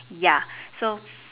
ya so